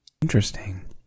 Interesting